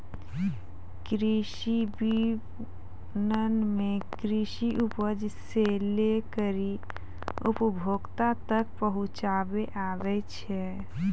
कृषि विपणन मे कृषि उपज से लै करी उपभोक्ता तक पहुचाबै आबै छै